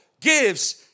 gives